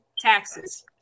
taxes